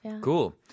Cool